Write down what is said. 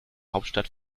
hauptstadt